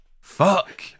fuck